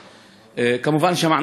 כמובן שמענו הרבה דעות,